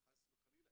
חס וחלילה,